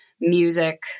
music